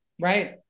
Right